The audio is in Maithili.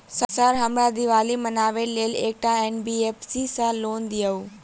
सर हमरा दिवाली मनावे लेल एकटा एन.बी.एफ.सी सऽ लोन दिअउ?